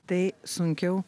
tai sunkiau